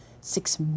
Six